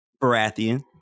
Baratheon